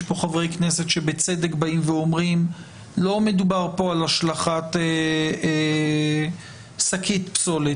יש פה חברי כנסת שבצדק באים ואומרים שלא מדובר פה על השלכת שקית פסולת.